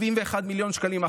71 מיליון שקלים,